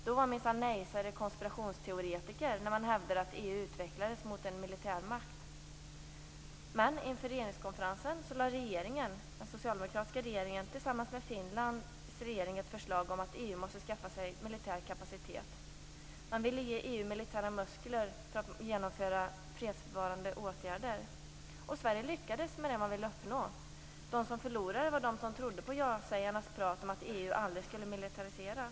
Då var minsann de nej-sägare konspirationsteoretiker som hävdade att EU utvecklades mot en militärmakt. Men inför regeringskonferensen lade den socialdemokratiska regeringen tillsammans med Finlands regering fram ett förslag där man säger att EU måste skaffa sig militär kapacitet. Man ville ge EU militära muskler för att genomföra fredsbevarande åtgärder. Sverige lyckades med det man ville uppnå. De som förlorade var de som trodde på ja-sägarnas prat om att EU aldrig skulle militariseras.